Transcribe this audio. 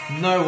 no